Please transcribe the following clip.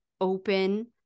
open